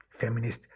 feminist